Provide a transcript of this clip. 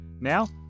Now